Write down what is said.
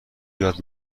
یاد